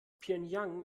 pjöngjang